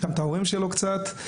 גם את ההורים שלו קצת.